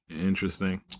interesting